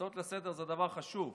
הצעות לסדר-היום זה דבר חשוב,